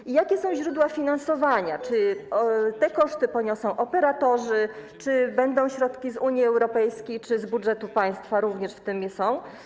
I jakie są źródła finansowania, czy te koszty poniosą operatorzy, czy będą środki z Unii Europejskiej, czy środki z budżetu państwa również w tym są?